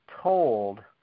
told